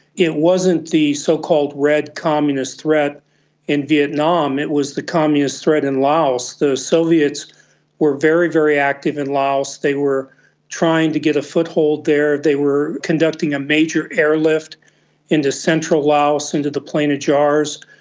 it wasn't the so-called red communist threat in vietnam, it was the communist threat in laos. the soviets were very, very active in laos, they were trying to get a foothold there, they were conducting a major airlift into central laos, into the plain of jars,